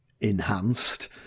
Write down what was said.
enhanced